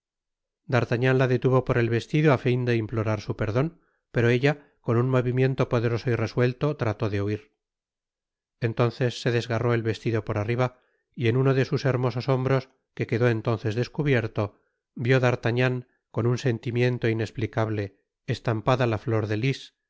d'artagnan la detuvo por el vestido á fin de implorar su perdon pero ella con un movimiento poderoso y resuelto trató de huir entonces se desgarró el vestido por arriba y en uno de sus hermosos hombros que quedó entonces descubierto vió d'artagnan con un sentimiento inesplicable estampada la flor de lis